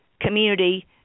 community